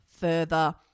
further